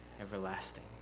everlasting